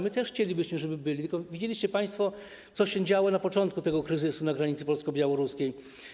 My też chcielibyśmy, żeby byli, tylko widzieliście państwo, co się działo na początku tego kryzysu na granicy polsko-białoruskiej.